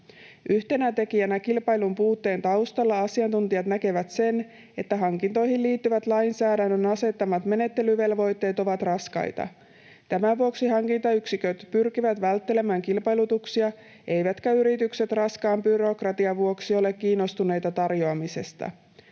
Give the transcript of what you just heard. Yhtenä tekijänä kilpailun puutteen taustalla asiantuntijat näkevät sen, että hankintoihin liittyvät lainsäädännön asettamat menettelyvelvoitteet ovat raskaita. Tämän vuoksi hankintayksiköt pyrkivät välttelemään kilpailutuksia, eivätkä yritykset raskaan byrokratian vuoksi ole kiinnostuneita tarjoamisesta.